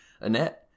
Annette